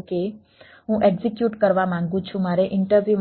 જેમ કે હું એક્ઝિક્યુટ કરવા માંગુ છું મારે ઈન્ટરવ્યુ